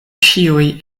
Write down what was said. ĉiuj